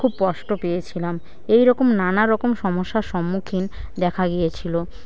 খুব কষ্ট পেয়েছিলাম এইরকম নানারকম সমস্যার সম্মুখীন দেখা গিয়েছিলো